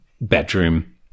bedroom